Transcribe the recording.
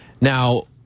Now